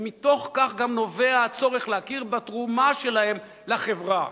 ומתוך כך גם נובע הצורך להכיר בתרומה שלהם לחברה.